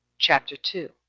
chapter two.